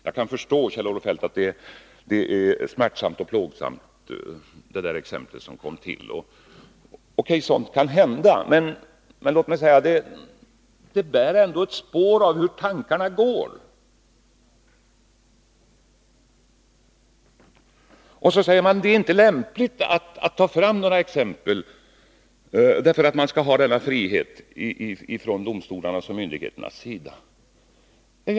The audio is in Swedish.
Jag förstår att det var plågsamt för Kjell-Olof Feldt att han råkade ta ett sådant exempel som han gjorde, men sådant kan hända. Det bär ändå spår av hur tankarna går. Och så säger man: Det är inte lämpligt att ta fram några exempel därför att domstolarna och myndigheterna skall ha sin frihet.